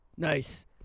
Nice